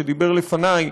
שדיבר לפני,